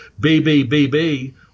BBBB